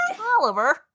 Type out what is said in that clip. Oliver